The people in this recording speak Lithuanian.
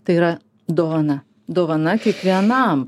tai yra dovana dovana kiekvienam